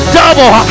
double